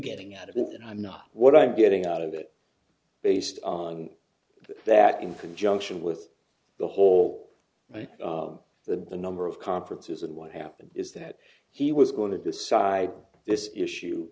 getting out of it and i'm not what i'm getting out of it based on that in conjunction with the whole the the number of conferences and what happened is that he was going to decide this issue